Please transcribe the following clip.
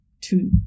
two